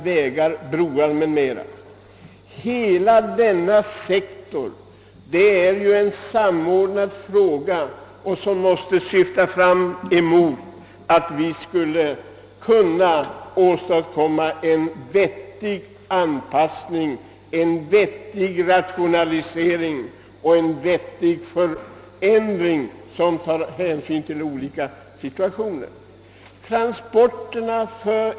I fråga om hela denna sektor, som omfattar järnvägar, post, telegraf, vägar och broar, måste vi åstadkomma en vettig rationalisering och anpassning som tar hänsyn till aktuella situationer och behov.